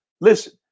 listen